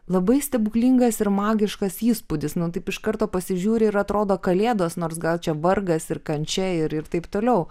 labai stebuklingas ir magiškas įspūdis nu taip iš karto pasižiūri ir atrodo kalėdos nors gal čia vargas ir kančia ir taip toliau